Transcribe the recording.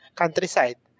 countryside